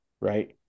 Right